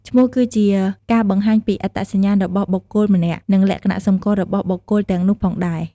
ឈ្មោះគឺជាការបង្ហាញពីអត្តសញ្ញាណរបស់បុគ្គលម្នាក់ និងលក្ខណៈសម្គាល់របស់បុគ្គលទាំងនោះផងដែរ។